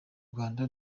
rwanda